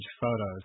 photos